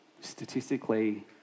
Statistically